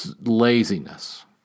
laziness